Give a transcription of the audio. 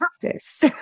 purpose